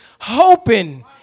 hoping